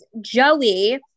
Joey